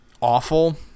awful